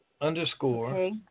Underscore